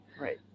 Right